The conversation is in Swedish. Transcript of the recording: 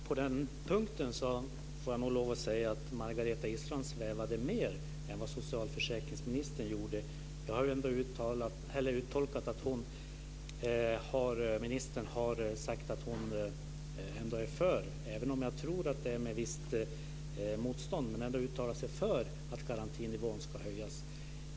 Fru talman! Jag måste säga att Margareta Israelsson på den här punkten svävade mer än vad socialförsäkringsministern gjorde. Jag tolkade ändå ministern så att hon uttalade sig för att garantinivån ska höjas, även om jag tror att det skedde med visst motstånd.